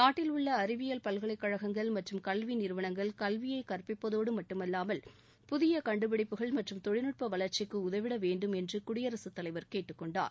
நாட்டில் உள்ள அறிவியல் பல்கலைக்கழகங்கள் மற்றும் கல்வி நிறுவனங்கள் கல்வியைக் கற்பிப்பதோடு மட்டுமல்லாமல் புதிய கண்டுபிடிப்புகள் மற்றும் தொழில்நுட்ப வளா்ச்சிக்கு உதவிட வேண்டும் என்று குடியரசுத்தலைவர் கேட்டுக்கொண்டார்